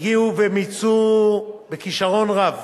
הגיעו ומיצו בכשרון רב